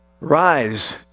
rise